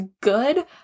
good